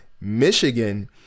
Michigan